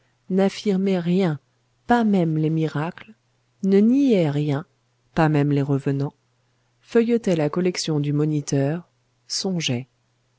n'affirmait rien pas même les miracles ne niait rien pas même les revenants feuilletait la collection du moniteur songeait